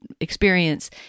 experience